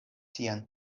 sian